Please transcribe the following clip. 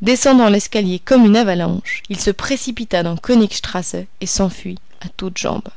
descendant l'escalier comme une avalanche il se précipita dans knig strasse et s'enfuit à toutes jambes